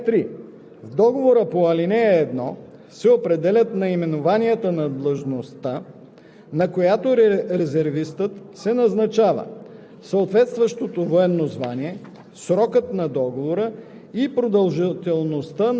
лица. (2) Редът за сключване на договора за срочна служба в доброволния резерв се определя с правилника за прилагането на закона. (3) В договора по ал. 1 се определят наименованието на длъжността,